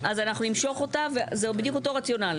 אנחנו נמשוך אותה, וזה בדיוק אותו הרציונל.